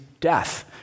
death